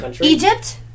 Egypt